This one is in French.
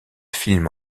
film